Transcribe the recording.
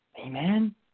Amen